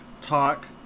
talk